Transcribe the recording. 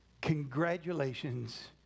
congratulations